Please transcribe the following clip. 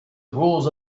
rules